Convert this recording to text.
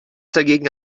dagegen